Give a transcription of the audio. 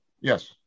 yes